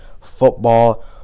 football